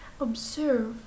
observe